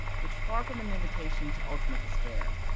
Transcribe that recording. which far from an invitation to ultimate despair,